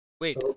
Wait